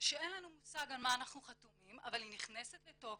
שאין לנו מושג על מה אנחנו חתומים אבל היא נכנסת לתוקף.